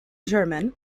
german